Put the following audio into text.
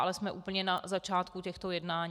Ale jsme úplně na začátku těchto jednání.